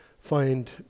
find